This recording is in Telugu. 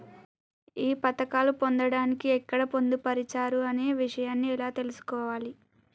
ఈ పథకాలు పొందడానికి ఎక్కడ పొందుపరిచారు అనే విషయాన్ని ఎలా తెలుసుకోవాలి?